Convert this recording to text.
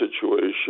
situation